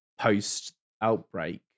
post-outbreak